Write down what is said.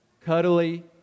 cuddly